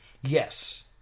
Yes